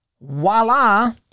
voila